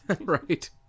Right